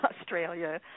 Australia